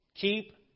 Keep